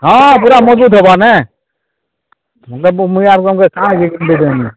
ହଁ ପୁରା ମଜଭୁତ ହବା ନା ଦେବ ମୁଇଁ ଆର ତୁମକେ କାଣା ଗିଫ୍ଟ ଦେବି ମୁଇଁ